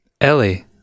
Ellie